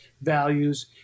values